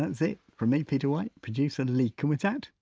that's it. from me peter white, producer lee kumutat,